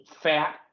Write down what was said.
fat